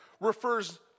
refers